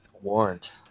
Warrant